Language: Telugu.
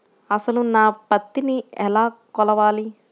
అసలు నా పత్తిని ఎలా కొలవాలి?